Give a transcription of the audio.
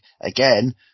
again